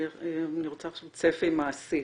אני רוצה עכשיו צפי מעשי.